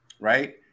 Right